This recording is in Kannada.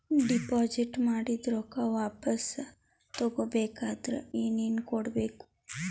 ಡೆಪಾಜಿಟ್ ಮಾಡಿದ ರೊಕ್ಕ ವಾಪಸ್ ತಗೊಬೇಕಾದ್ರ ಏನೇನು ಕೊಡಬೇಕು?